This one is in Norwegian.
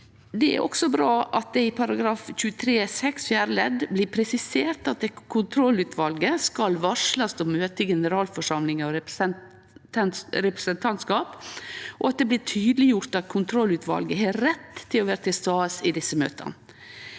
Det er også bra at det i § 23-6 fjerde ledd blir presisert at kontrollutvalet skal varslast om møte i generalforsamling og representantskap, og at det blir tydeleggjort at kontrollutvalet har rett til å vere til stades i desse møta.